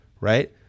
right